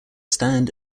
stand